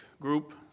group